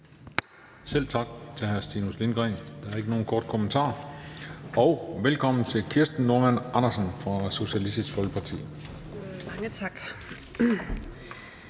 Selv tak til hr. Stinus Lindgreen. Der er ikke nogen korte bemærkninger. Velkommen til fru Kirsten Normann Andersen fra Socialistisk Folkeparti. Kl.